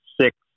six